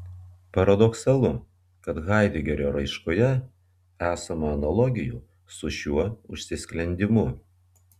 paradoksalu kad haidegerio raiškoje esama analogijų su šiuo užsisklendimu